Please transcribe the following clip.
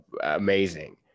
amazing